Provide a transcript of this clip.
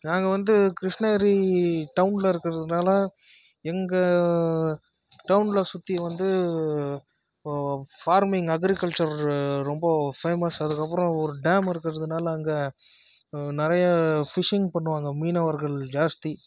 நாங்கள் வந்து கிருஷ்ணகிரி டவுனில் இருக்கிறதுனால எங்கள் டவுனில் சுற்றி வந்து ஃபார்மிங் அக்ரிகல்ச்சர் ரொம்ப ஃபேமஸ் அதுக்கப்புறம் ஒரு டேம் இருக்கிறதுனால அங்கே நிறைய ஃபிஷ்ஷிங் பண்ணுவாங்க மீனவர்கள் ஜாஸ்தி